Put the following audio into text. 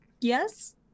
Yes